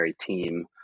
team